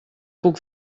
puc